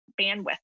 bandwidth